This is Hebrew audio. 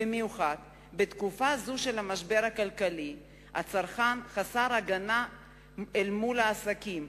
במיוחד בתקופה זו של משבר כלכלי הצרכן חסר הגנה אל מול העסקים.